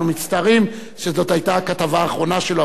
אנחנו מצטערים שזאת היתה הכתבה האחרונה שלו,